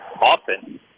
often